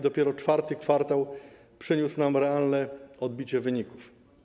Dopiero IV kwartał przyniósł nam realne odbicie wyników.